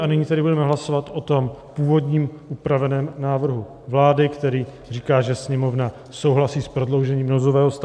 A nyní tedy budeme hlasovat o původním upraveném návrhu vlády, který říká, že Sněmovna souhlasí s prodloužením nouzového stavu.